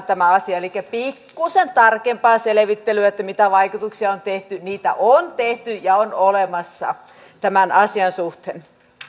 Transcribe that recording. tämä asia elikkä pikkuisen tarkempaa selvittelyä mitä vaikutuksia on tehty niitä on tehty ja on olemassa tämän asian suhteen